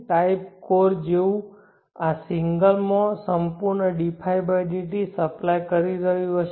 type core જેવું જ આ સિંગલ માં સંપૂર્ણ dϕdt સપ્લાય કરી રહ્યું હશે